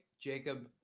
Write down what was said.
Jacob